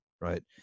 right